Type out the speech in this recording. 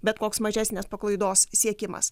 bet koks mažesnės paklaidos siekimas